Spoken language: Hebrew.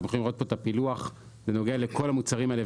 במצגת שלנו תוכלו לראות את הפילוח בנוגע לכל מיני מוצרים,